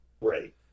Right